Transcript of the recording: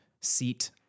seat